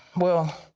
well,